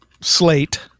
slate